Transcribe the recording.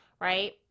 right